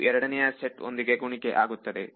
ಇದು ಎರಡನೆಯ ಒಂದಿಗೆ ಗುಣಿಕೆ ಆಗುತ್ತದೆ